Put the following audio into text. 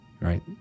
Right